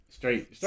Straight